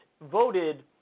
voted